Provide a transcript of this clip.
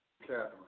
Catherine